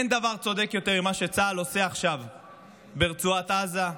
אין דבר צודק יותר ממה שצה"ל עושה עכשיו ברצועת עזה.